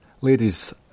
ladies